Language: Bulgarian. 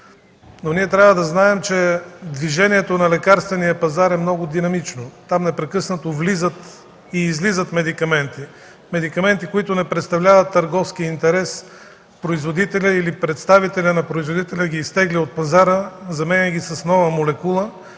обаче трябва да знаем, че движението на лекарствения пазар е много динамично – там непрекъснато влизат и излизат медикаменти, които не представляват търговски интерес. Производителят или представителят на производителя ги изтегля от пазара, заменя ги с нова молекула